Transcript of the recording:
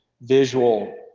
visual